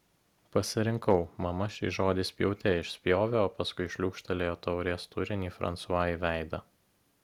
pasirinkau mama šį žodį spjaute išspjovė o paskui šliūkštelėjo taurės turinį fransua į veidą